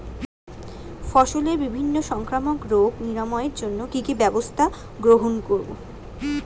ফসলের বিভিন্ন সংক্রামক রোগ নিরাময়ের জন্য কি কি ব্যবস্থা গ্রহণ করব?